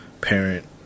parent